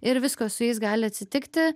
ir visko su jais gali atsitikti